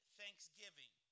thanksgiving